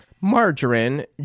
Margarine